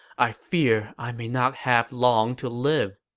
i fear i may not have long to live.